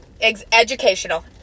Educational